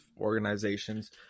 organizations